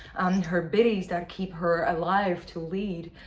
and her biddies that keep her alive to lead.